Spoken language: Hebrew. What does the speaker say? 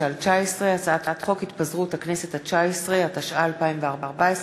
התפזרות הכנסת התשע-עשרה, התשע"ה 2014,